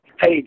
Hey